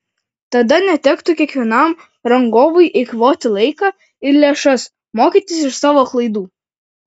tada netektų kiekvienam rangovui eikvoti laiką ir lėšas mokytis iš savo klaidų